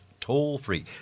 toll-free